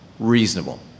Reasonable